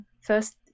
First